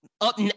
up